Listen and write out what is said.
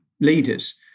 leaders